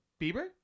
Bieber